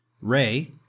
Ray